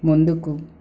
ముందుకు